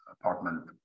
apartment